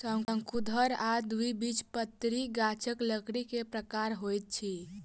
शंकुधर आ द्विबीजपत्री गाछक लकड़ी के प्रकार होइत अछि